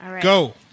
Go